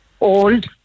Old